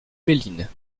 méline